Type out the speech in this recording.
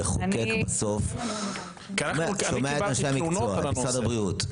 המחוקק בסוף שומע את אנשי המקצוע, משרד הבריאות.